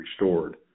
restored